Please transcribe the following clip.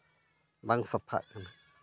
ᱵᱟᱝ ᱥᱟᱯᱷᱟᱜ ᱠᱟᱱᱟ